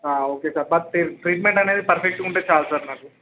ఆ okay sir but treatment అనేది పర్ఫెక్ట్గా ఉంటే చాలు సార్ నాకు